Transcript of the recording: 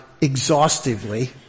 exhaustively